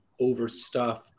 overstuff